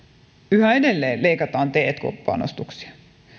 yhä edelleen leikataan tk panostuksia